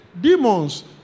demons